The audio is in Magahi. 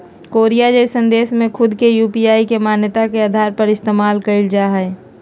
कोरिया जइसन देश में खुद के यू.पी.आई के मान्यता के आधार पर इस्तेमाल कईल जा हइ